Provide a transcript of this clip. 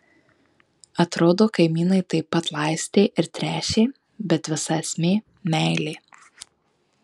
atrodo kaimynai taip pat laistė ir tręšė bet visa esmė meilė